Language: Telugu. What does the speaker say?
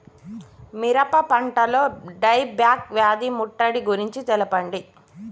మిరప పంటలో డై బ్యాక్ వ్యాధి ముట్టడి గురించి తెల్పండి?